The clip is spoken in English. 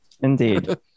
Indeed